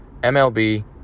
MLB